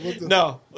No